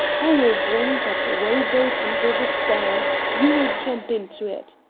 i will bring that rowboat under the stern. you will jump into it.